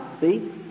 See